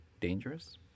dangerous